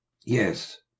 Yes